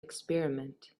experiment